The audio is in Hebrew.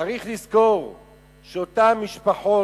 צריך לזכור שאותן משפחות,